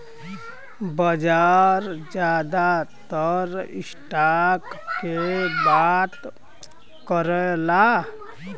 बाजार जादातर स्टॉक के बात करला